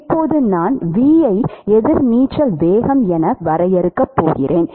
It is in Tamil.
இப்போது நான் V ஐ எதிர் நீச்சல் வேகம் என வரையறுக்க போகிறேன்